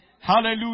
Hallelujah